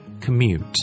commute